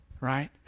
Right